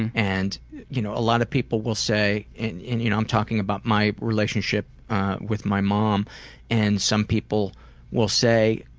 and and you know a lot of people will say and you know i'm talking about my relationship with my mom and some people will say,